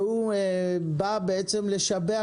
והוא בא בעצם לשבח,